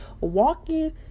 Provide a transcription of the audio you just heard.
walking